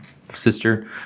sister